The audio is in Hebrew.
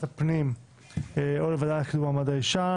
הפנים או לוועדה לקידום מעמד האישה.